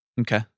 Okay